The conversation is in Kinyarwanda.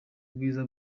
ubwiza